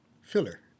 filler